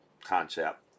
concept